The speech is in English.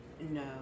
No